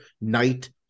night